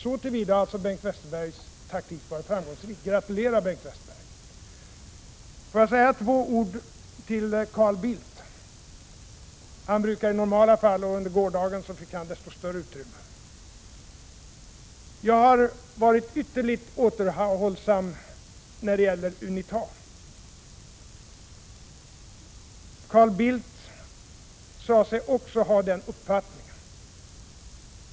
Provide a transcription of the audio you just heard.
Så till vida har hans taktik alltså varit framgångsrik — gratulerar, Bengt Westerberg! Låt mig dock säga två ord till Carl Bildt. Han brukar i normala fall få desto större utrymme, så även under gårdagen. Jag har varit ytterligt återhållsam när det gäller UNITA. Carl Bildt sade sig också ha den uppfattningen.